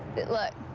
it look.